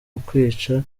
ukwica